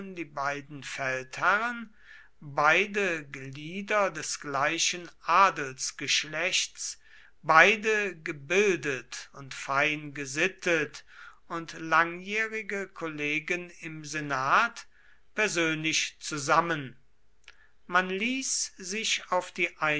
die beiden feldherren beide glieder des gleichen adelsgeschlechts beide gebildet und feingesittet und langjährige kollegen im senat persönlich zusammen man ließ sich auf die